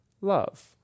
love